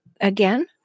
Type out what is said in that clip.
Again